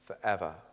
forever